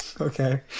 okay